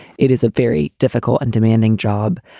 it is a very difficult and demanding job.